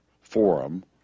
forum